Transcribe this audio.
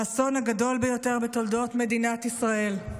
האסון הגדול ביותר בתולדות מדינת ישראל,